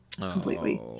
completely